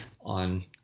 on